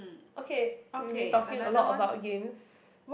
okay we've been talking a lot about games